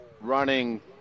running